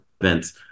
events